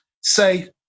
say